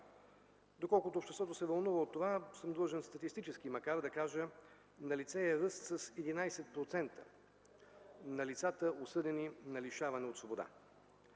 Доколко обществото се вълнува от това, съм длъжен статистически макар да кажа следното. Налице е ръст с 11% на лицата, осъдени на лишаване от свобода.